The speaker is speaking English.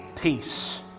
peace